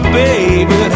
baby